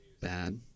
bad